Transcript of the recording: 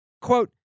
Quote